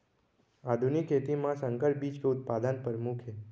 आधुनिक खेती मा संकर बीज के उत्पादन परमुख हे